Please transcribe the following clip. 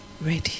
ready